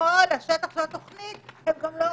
-- ובכל השטח של התוכנית הם גם לא אוכפים.